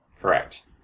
Correct